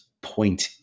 point